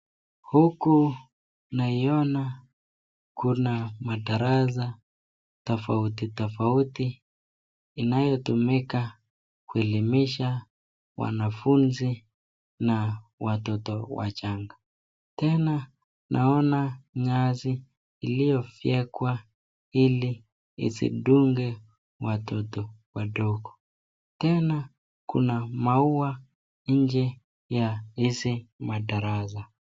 Huku naiona kuna madarasa tofauti tofauti, inayotumika kuelimisha wanafunzi na watoto wachanga. Tena naona nyasi iliyofyekwa ili isidunge watoto wadogo. Tena kuna maua nje ya hizi madarasa.